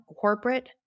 corporate